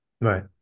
right